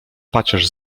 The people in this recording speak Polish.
pacierz